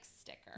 sticker